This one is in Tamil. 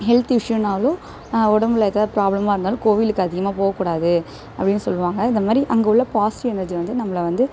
ஹெல்த் இஷ்யூனாலும் உடம்புல ஏதாவது ப்ராப்ளமாக இருந்தாலும் கோவிலுக்கு அதிகமாக போகக்கூடாது அப்படின்னு சொல்வாங்க இந்தமாதிரி அங்கே உள்ள பாசிட்டிவ் எனர்ஜி வந்து நம்மளை வந்து